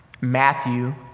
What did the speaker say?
Matthew